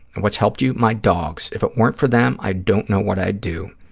what's helped you? my dogs. if it weren't for them, i don't know what i'd do.